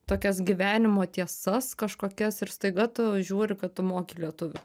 tokias gyvenimo tiesas kažkokias ir staiga tu žiūri kad tu moki lietuvių